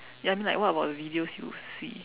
ya I mean like what what about the videos you see